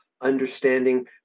understanding